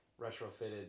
retrofitted